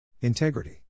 Integrity